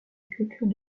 culture